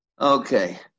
Okay